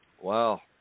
Wow